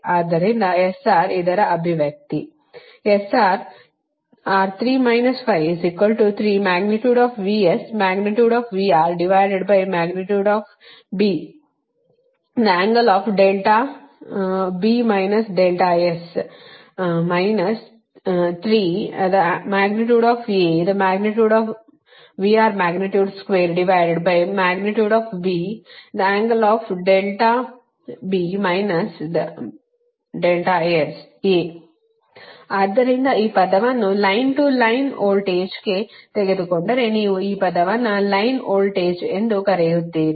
ಆದ್ದರಿಂದ ಇದರ ಅಭಿವ್ಯಕ್ತಿ ಆದ್ದರಿಂದ ಈ ಪದವನ್ನು ಲೈನ್ ಟು ಲೈನ್ ವೋಲ್ಟೇಜ್ಗೆ ತೆಗೆದುಕೊಂಡರೆ ನೀವು ಈ ಪದವನ್ನು ಲೈನ್ ವೋಲ್ಟೇಜ್ಗೆ ಎಂದು ಕರೆಯುತ್ತೀರಿ